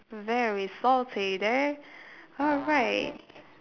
very salty there alright